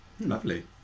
Lovely